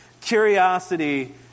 curiosity